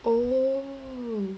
oh